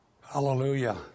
Hallelujah